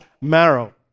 marrow